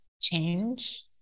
change